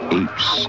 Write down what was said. apes